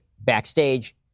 Backstage